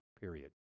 period